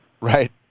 right